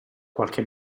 qualche